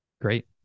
Great